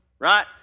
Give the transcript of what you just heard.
Right